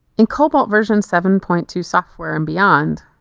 in cobalt version seven point two software and beyond,